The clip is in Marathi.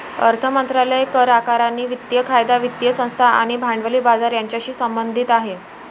अर्थ मंत्रालय करआकारणी, वित्तीय कायदा, वित्तीय संस्था आणि भांडवली बाजार यांच्याशी संबंधित आहे